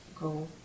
go